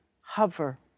Hover